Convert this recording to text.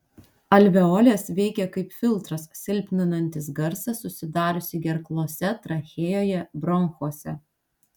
alveolės veikia kaip filtras silpninantis garsą susidariusį gerklose trachėjoje bronchuose